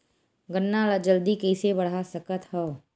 गन्ना ल जल्दी कइसे बढ़ा सकत हव?